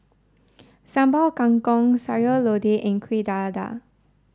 Sambal Kangkong Sayur Lodeh and Kueh Dadar